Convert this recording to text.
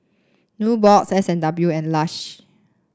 nubox S and W and Lush